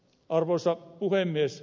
arvoisa puhemies